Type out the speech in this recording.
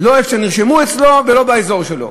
לא איפה שנרשמו אצלו ולא באזור שלו.